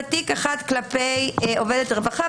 תיק אחד כלפי עובדת רווחה,